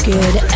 Good